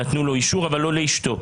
נתנו לו אישור אבל לא לאשתו.